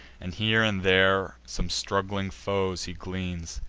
and here and there some straggling foes he gleans.